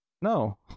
No